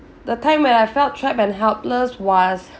the time when I felt trap and helpless was